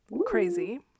crazy